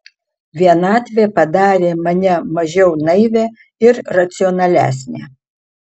vienatvė padarė mane mažiau naivią ir racionalesnę